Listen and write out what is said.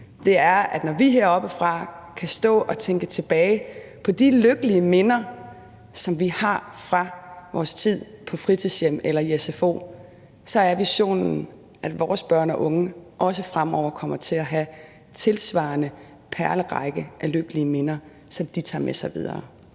når vi heroppefra kan stå og tænke tilbage på de lykkelige minder, som vi har fra vores tid på fritidshjem eller i sfo, er, at vores børn og unge også fremover kommer til at have en tilsvarende perlerække af lykkelige minder, som de tager med sig videre.